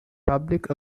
public